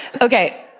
Okay